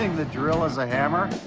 the drill as a hammer?